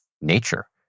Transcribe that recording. nature